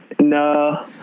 No